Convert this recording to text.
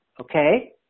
Okay